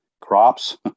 crops